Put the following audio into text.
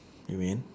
you mean